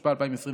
התשפ"א 2021,